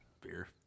beer